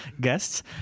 guests